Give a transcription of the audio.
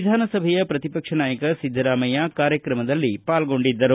ವಿಧಾನಸಭೆಯ ಪ್ರತಿಪಕ್ಷ ನಾಯಕ ಸಿದ್ದರಾಮಯ್ಯ ಕಾರ್ಯಕ್ರಮದಲ್ಲಿ ಪಾಲ್ಗೊಂಡಿದ್ದರು